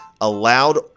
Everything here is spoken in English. allowed